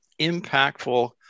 impactful